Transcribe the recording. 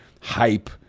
hype